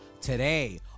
today